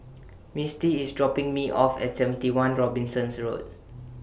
Mistie IS dropping Me off At seventy one Robinson's Road